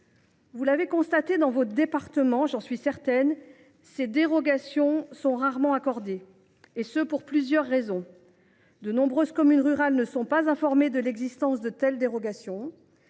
certainement constaté dans vos départements, ces dérogations sont rarement accordées, ce pour plusieurs raisons. De nombreuses communes rurales ne sont pas informées de l’existence de telles dérogations.